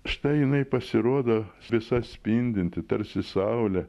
štai jinai pasirodo visa spindinti tarsi saulė